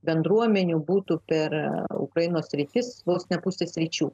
bendruomenių būtų per ukrainos sritis vos ne pusė sričių